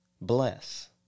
bless